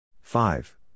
Five